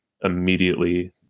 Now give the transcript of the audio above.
immediately